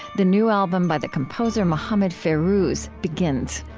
the new album by the composer mohammed fairouz, begins.